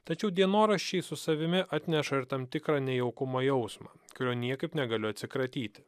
tačiau dienoraščiai su savimi atneša ir tam tikrą nejaukumo jausmą kurio niekaip negaliu atsikratyti